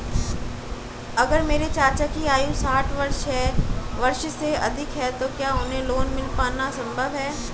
अगर मेरे चाचा की आयु साठ वर्ष से अधिक है तो क्या उन्हें लोन मिल पाना संभव है?